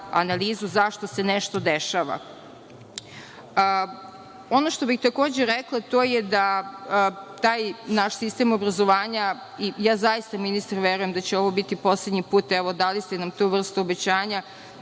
analizu zašto se nešto dešava. Ono što bih takođe rekla to je da taj naš sistem obrazovanja, ja zaista, ministre, verujem da će ovo biti poslednji put, evo, dali ste nam tu vrstu obećanja,